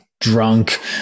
drunk